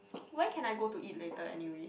where can I go to eat later anyway